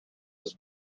was